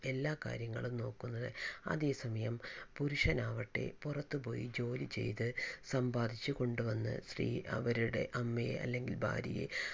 എല്ലാ കാര്യങ്ങളും നോക്കുന്നത് അതേ സമയം പുരുഷനാവട്ടെ പുറത്തു പോയി ജോലി ചെയ്ത് സമ്പാദിച്ച് കൊണ്ട് വന്ന് സ്ത്രീ അവരുടെ അമ്മയെ അല്ലെങ്കിൽ ഭാര്യയെ